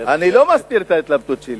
אני לא מסתיר את ההתלבטות שלי.